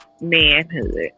manhood